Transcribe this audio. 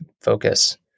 focus